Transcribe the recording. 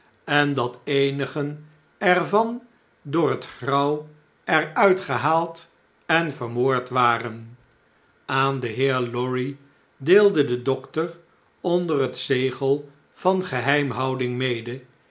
en dat eenigen er van door het grauw er uitgehaald en vermoord waren aan den heer lorry deelde de dokter onder het zegel van geheimhouding mede